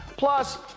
Plus